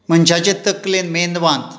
मनशाचे तकलेन मेंदवांत